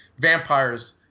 vampires